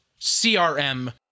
CRM